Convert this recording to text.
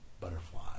butterfly